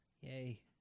Yay